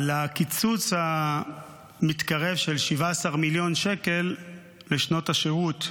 על הקיצוץ המתקרב של 17 מיליון שקלים לשנות השירות,